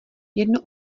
jedno